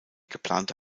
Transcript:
geplante